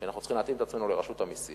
כי אנחנו צריכים להתאים את עצמנו לרשות המסים,